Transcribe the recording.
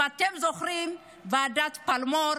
אם אתם זוכרים את ועדת פלמור,